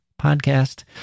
podcast